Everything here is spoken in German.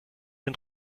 den